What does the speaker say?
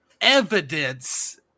evidence